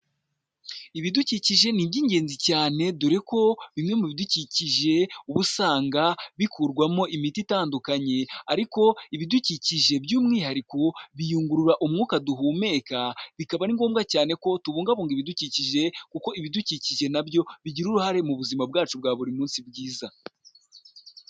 Ibidukikije ni iby'ingenzi cyane, dore ko bimwe mu bidukikije uba usanga bikurwamo imiti itandukanye ariko ibidukikije by'umwihariko biyungurura umwuka duhumeka, bikaba ari ngombwa cyane ko tubungabunga ibidukikije kuko ibidukikije na byo bigira uruhare mu buzima bwacu bwa buri munsi bwiza.